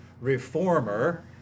reformer